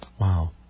Wow